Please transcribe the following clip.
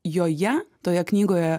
joje toje knygoje